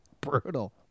Brutal